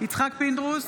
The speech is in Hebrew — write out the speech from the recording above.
יצחק פינדרוס,